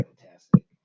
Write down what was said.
fantastic